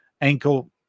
ankle